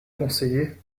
conseiller